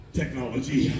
technology